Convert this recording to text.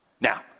Now